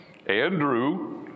Andrew